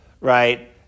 right